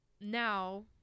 now